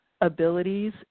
abilities